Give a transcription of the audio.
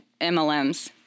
MLMs